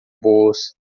boas